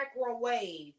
microwave